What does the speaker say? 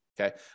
okay